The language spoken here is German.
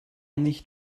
nicht